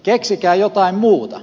keksikää jotain muuta